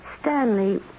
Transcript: Stanley